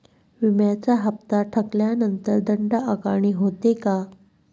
विम्याचा हफ्ता थकल्यानंतर दंड आकारणी होते का?